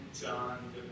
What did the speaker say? John